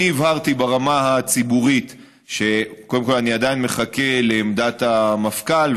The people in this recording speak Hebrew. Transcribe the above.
הבהרתי ברמה הציבורית שקודם כול אני עדיין מחכה לעמדת המפכ"ל,